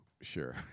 Sure